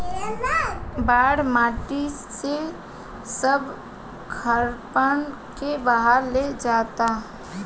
बाढ़ माटी से सब खारापन के बहा ले जाता